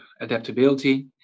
adaptability